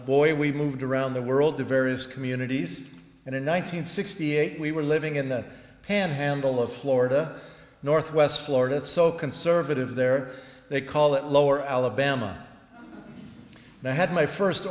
boy we moved around the world to various communities and in one nine hundred sixty eight we were living in the panhandle of florida northwest florida so conservative there they call it lower alabama and i had my first